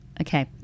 Okay